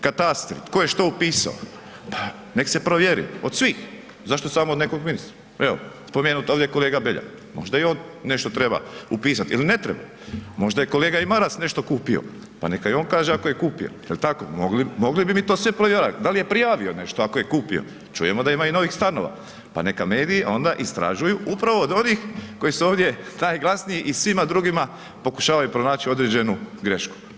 Katastri, tko je što upisao, pa nek se provjeri od svih, zašto samo od nekog ministra, evo, spomenut je ovdje kolega Beljak, možda i on nešto treba upisati ili ne treba, možda je i kolega Maras nešto kupio, pa neka i on kaže da ako je kupio, jel' tako, mogli bi mi to sve provjeravat, da li je prijavio nešto ako je kupio, čujemo da ima i novih stanova pa neka mediji onda istražuju upravo od ovih koji su ovdje najglasniji i svima drugima pokušavaju pronaći određenu grešku.